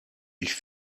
ich